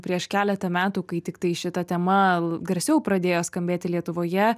prieš keletą metų kai tiktai šita tema garsiau pradėjo skambėti lietuvoje